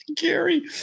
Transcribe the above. Gary